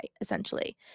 essentially